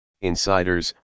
insiders